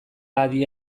adi